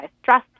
stress